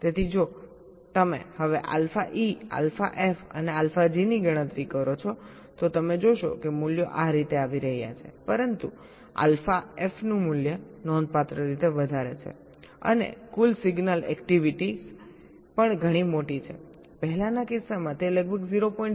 તેથી જો તમે હવે આલ્ફા ઇ આલ્ફા એફ અને આલ્ફા જીની ગણતરી કરો છો તો તમે જોશો કે મૂલ્યો આ રીતે આવી રહ્યા છે પરંતુ આલ્ફા એફનું મૂલ્ય નોંધપાત્ર રીતે વધારે છેઅને કુલ સિગ્નલ એક્ટિવિટી પણ ઘણી મોટી છે પહેલાના કિસ્સામાં તે લગભગ 0